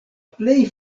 plej